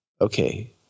okay